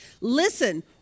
Listen